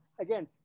Again